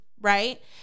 right